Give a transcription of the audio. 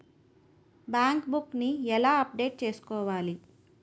Bank book నీ ఎలా update చేసుకోవాలి?